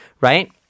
right